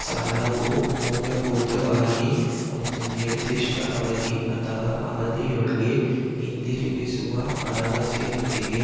ಸಾಲವು ಮೂಲಭೂತವಾಗಿ ಒಂದು ನಿರ್ದಿಷ್ಟ ಅವಧಿ ಅಥವಾ ಅವಧಿಒಳ್ಗೆ ಹಿಂದಿರುಗಿಸುವ ಭರವಸೆಯೊಂದಿಗೆ